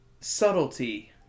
subtlety